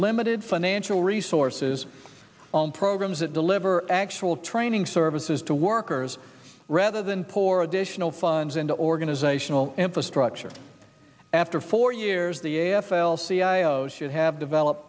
limited financial resources on programs that deliver actual training services to workers rather than poor additional funds into organizational tempest rupture after four years the a f l c i a o should have developed